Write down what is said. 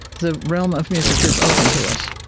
the realm of music is open to us.